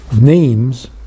Names